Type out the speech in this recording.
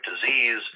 disease